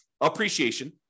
Appreciation